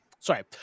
Sorry